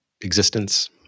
existence